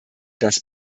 das